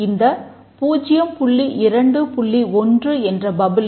இந்த 0